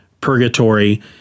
purgatory